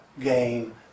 game